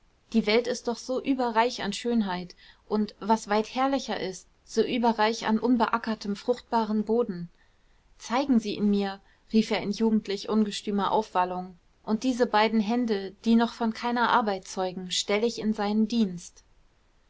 die welt ist doch so überreich an schönheit und was weit herrlicher ist so überreich an unbeackertem fruchtbarem boden zeigen sie ihn mir rief er in jugendlich ungestümer aufwallung und diese beiden hände die noch von keiner arbeit zeugen stell ich in seinen dienst